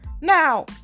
Now